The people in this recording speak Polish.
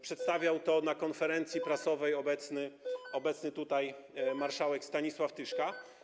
Przedstawiał to na konferencji prasowej obecny tutaj marszałek Stanisław Tyszka.